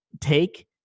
take